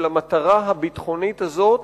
שלמטרה הביטחונית הזאת